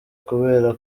kubera